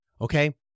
Okay